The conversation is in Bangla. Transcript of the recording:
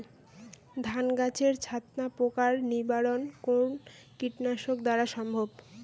ধান গাছের ছাতনা পোকার নিবারণ কোন কীটনাশক দ্বারা সম্ভব?